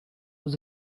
was